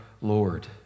Lord